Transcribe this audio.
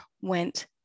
went